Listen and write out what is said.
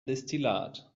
destillat